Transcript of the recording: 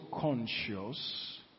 conscious